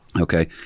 okay